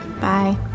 Bye